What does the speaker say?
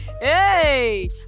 hey